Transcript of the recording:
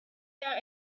down